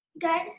Good